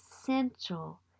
essential